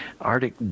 Arctic